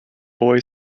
boy